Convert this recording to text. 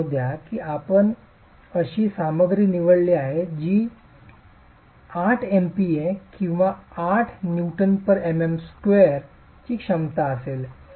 असे म्हणू द्या की आपण अशी सामग्री निवडली आहे जी 8 MPa किंवा 8 Nmm2 ची क्षमता असेल